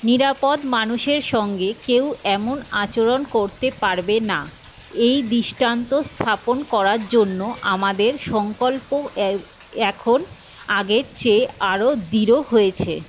নিরাপদ মানুষের সঙ্গে কেউ এমন আচরণ করতে পারবে না এই দৃষ্টান্ত স্থাপন করার জন্য আমাদের সংকল্প এ এখন আগের চেয়ে আরও দৃঢ় হয়েছে